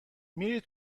میری